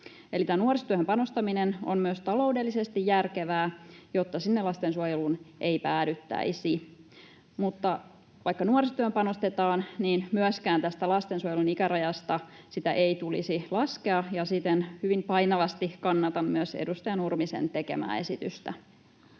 nuorisotyöhön panostaminen on myös taloudellisesti järkevää, jotta sinne lastensuojeluun ei päädyttäisi. Vaikka nuorisotyöhön panostettaisiin, myöskään tätä lastensuojelun ikärajaa ei tulisi laskea, ja siten hyvin painavasti myös kannatan edustaja Nurmisen tekemää esitystä.